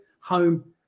home